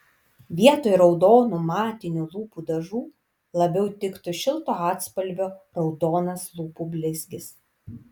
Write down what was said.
vietoj raudonų matinių lūpų dažų labiau tiktų šilto atspalvio raudonas lūpų blizgis